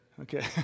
Okay